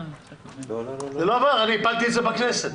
זה לא עבר, אני הפלתי את זה בכנסת.